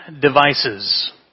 devices